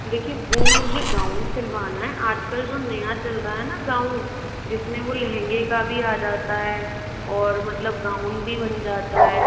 देखिए वो मुझे गाउन सिलवाना है आजकल जो नया चल रहा है ना गाउन जिसमें वो लहँगे का भी आ जाता है और मतलब गाउन भी बन जाता है